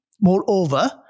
moreover